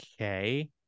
okay